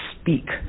speak